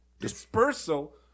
dispersal